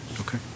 okay